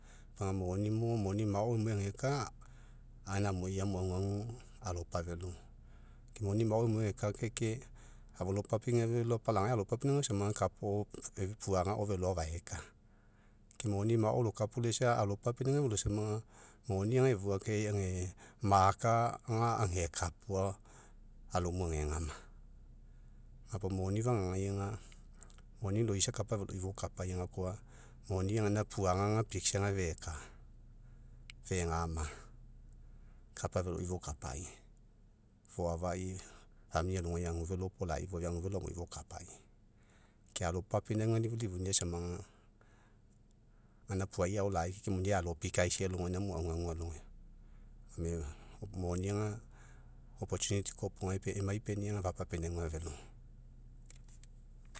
Moni mo, moni mao emuai ageka, gaina amui, omo aguagu alopavelo, moni mao emuai ageka afolo papinauga velo, apalagai alopapinauga samaga, kapa agao puaga agao velo afueka. Ke moni mao lokapulaisa, alopapinauga velo samaga, moni ga efua kai age maka ga ageka. alomu agegama. Gapuo moni fagagai aga, moni loisa, kapa veloi fokapai, gakoa moni gainaga, puaga piksaga feka, fegama. Kapa veloi fokapai. Foafai alogai agu velo opolai foafia, fua velo amui fokapai. Ke alo papinauga lilifunia, samaga, gaina puaia ao lai ke muniai, alo pikaisai alogaina, emu aguagu alogai. Gome moni aga, koa opoga, emai penia, fapapinauga velo.